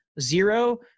zero